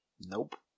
Nope